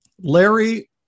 Larry